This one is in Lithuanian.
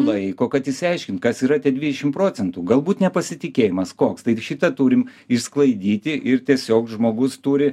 laiko kad išsiaiškint kas yra tie dvidešim procentų galbūt nepasitikėjimas koks tai ir šitą turim išsklaidyti ir tiesiog žmogus turi